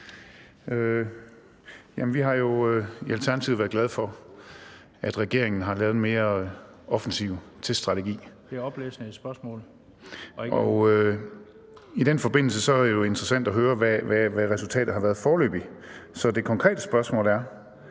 Vi har jo i Alternativet været glade for, at regeringen har lavet en mere offensiv teststrategi, og i den forbindelse er det interessant at høre, hvad resultatet foreløbig har været. Så det konkrete spørgsmål er: